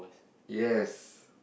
yes